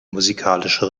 musikalische